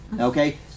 Okay